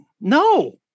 no